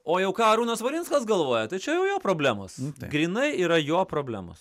o jau ką arūnas valinskas galvoja ta čia jau jo problemos grynai yra jo problemos